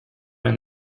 een